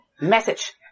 message